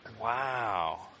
Wow